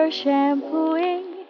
shampooing